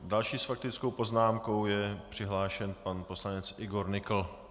Další s faktickou poznámkou je přihlášen pan poslanec Igor Nykl.